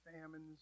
famines